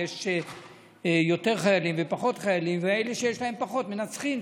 יש יותר חיילים ופחות חיילים ואלה שיש להם פחות מנצחים,